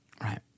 Right